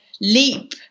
leap